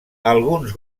alguns